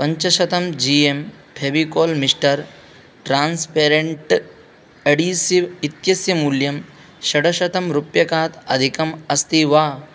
पञ्चशतं G M Fevicol Mr transparent adhesive इत्यस्य मूल्यं षडशतं रूप्यकात् अधिकम् अस्ति वा